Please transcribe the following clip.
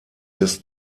des